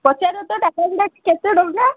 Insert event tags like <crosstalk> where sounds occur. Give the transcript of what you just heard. ପଚାର ତ <unintelligible> ଗୁଡ଼ାକ କେତେଟଙ୍କା